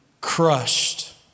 crushed